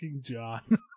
John